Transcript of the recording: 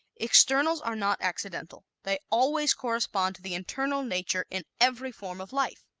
externals are not accidental they always correspond to the internal nature in every form of life.